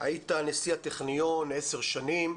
היית נשיא הטכניון עשר שנים,